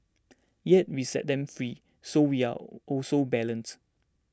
yet we set them free so we are also balanced